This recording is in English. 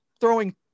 throwing